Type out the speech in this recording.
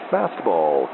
Fastball